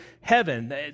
heaven